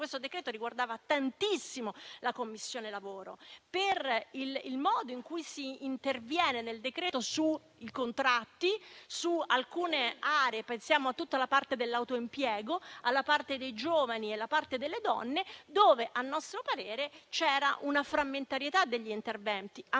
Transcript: questo provvedimento riguardava tantissimo la Commissione lavoro per il modo in cui si interviene sui contratti, su alcune aree (pensiamo a tutta la parte dell'autoimpiego, alla parte dei giovani e alla parte delle donne), in cui, a nostro parere, c'era frammentarietà degli interventi.